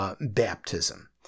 baptism